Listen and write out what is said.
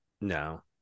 No